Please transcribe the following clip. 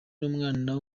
n’umwana